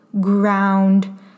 ground